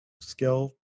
skill